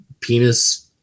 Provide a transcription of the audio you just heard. penis